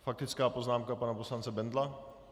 Faktická poznámka pana poslance Bendla.